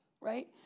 right